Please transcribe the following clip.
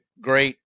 great